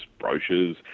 brochures